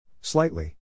Slightly